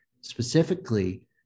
specifically